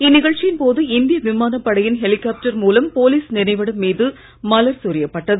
இந்நிகழ்ச்சியின் போது இந்திய விமானப்படையின் ஹெலிகாப்டர் மூலம் போலீஸ் நினைவிடம் மீது மலர் சொரியப் பட்டது